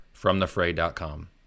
fromthefray.com